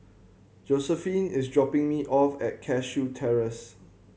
Josiephine is dropping me off at Cashew Terrace